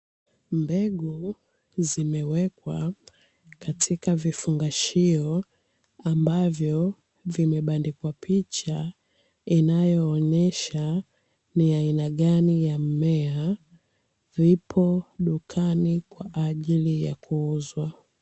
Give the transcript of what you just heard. Mbegu zimewekwa katika vifungashio ambavyo vimebandikwa picha, inayo onesha ni aina gani ya mmea ipo dukani kwa ajili ya kuuzwa.